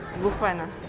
ghufran ah